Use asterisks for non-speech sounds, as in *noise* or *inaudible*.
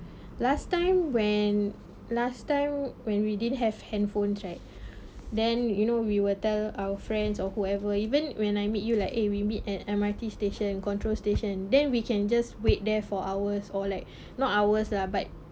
last time when last time when we didn't have handphones right *breath* then you know we will tell our friends or whoever even when I meet you like eh we meet at M_R_T station control station then we can just wait there for hours or like *breath* not hours lah but